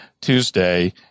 Tuesday